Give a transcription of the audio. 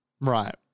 Right